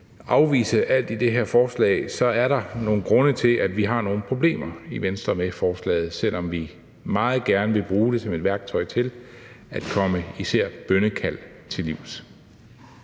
afvise alt i det her forslag, er der nogle grunde til, at vi i Venstre har nogle problemer med forslaget, selv om vi meget gerne vil bruge det som et værktøj til at komme især bønnekald til livs.